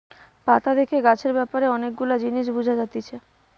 পাতা দেখে গাছের ব্যাপারে অনেক গুলা জিনিস বুঝা যাতিছে